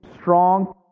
strong